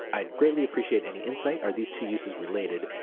i'd greatly appreciate any insight. are these two uses related?